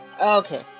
okay